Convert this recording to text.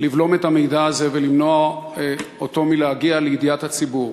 לבלום את המידע הזה ולמנוע אותו מלהגיע לידיעת הציבור,